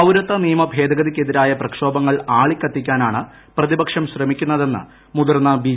പൌരത്വ നിയമ ഭേദഗതിക്കെതിരായ പ്രക്ഷോഭങ്ങൾ ആളിക്കത്തിക്കാനാണ് പ്രതിപക്ഷം ശ്രമിക്കുന്നതെന്ന് മുതിർന്ന ബി